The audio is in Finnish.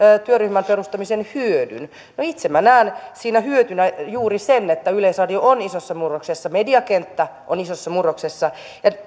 työryhmän perustamisen hyödyn itse minä näen siinä hyötynä juuri sen että kun yleisradio on isossa murroksessa mediakenttä on isossa murroksessa